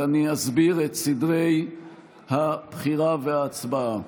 ואני אסביר את סדרי הבחירה וההצבעה.